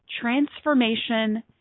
Transformation